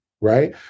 right